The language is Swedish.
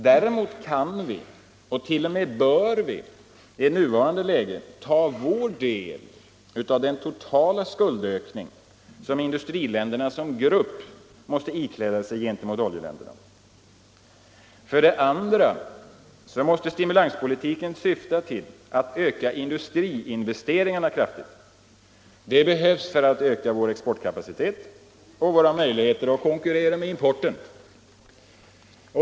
Däremot kan vi och t.o.m. bör vi i nuvarande läge ta vår del av den totala skuldökning som industriländerna som grupp måste ikläda sig gentemot oljeländerna. För det andra måste stimulanspolitiken syfta till att öka industriinvesteringarna kraftigt. Det behövs för att öka vår exportkapacitet och våra möjligheter att konkurrera med importen.